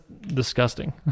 disgusting